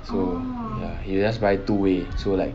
so ya he just buy two way so like